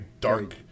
dark